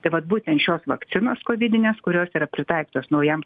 tai vat būtent šios vakcinos kovidinės kurios yra pritaikytos naujam